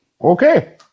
Okay